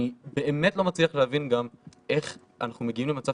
אני באמת לא מצליח להבין גם איך אנחנו מגיעים למצב